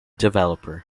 developer